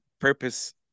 purpose